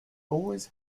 always